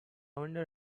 wonder